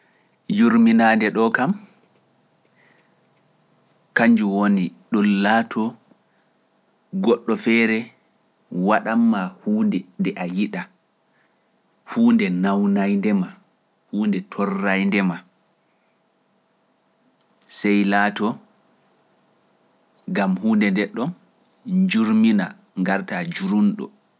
Yurminaade ɗo kam, kanjum woni ɗum laatoo goɗɗo feere waɗanma huunde nde a yiɗa, huunde nawnaynde ma, huunde torraynde ma. Sey laatoo, gam huunde nde ɗo njurmina ngarta jurumɗo.